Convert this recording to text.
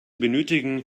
benötigen